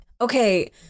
okay